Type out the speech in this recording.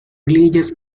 religious